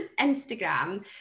Instagram